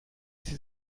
sie